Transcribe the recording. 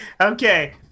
Okay